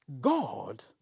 God